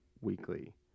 weekly